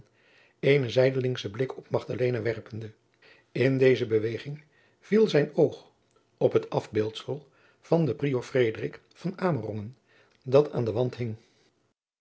eenen zijdelingschen blik op magdalena werpende in deze beweging viel zijn oog op het afbeeldsel van den prior frederik van amerongen dat aan den wand hing